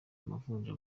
amavunja